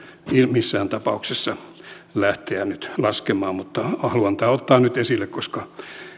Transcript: missään tapauksessa lähteä nyt laskemaan haluan tämän ottaa nyt esille koska